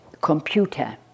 computer